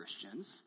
Christians